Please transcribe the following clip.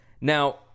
Now